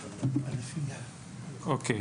אוקיי,